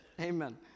Amen